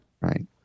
right